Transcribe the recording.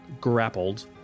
grappled